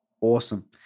Awesome